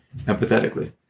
empathetically